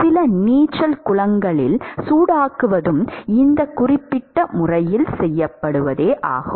சில நீச்சல் குளங்களில் சூடாக்குவதும் இந்த குறிப்பிட்ட முறையில் செய்யப்படுகிறது